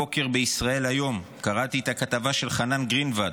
הבוקר בישראל היום קראתי את הכתבה של חנן גרינווד.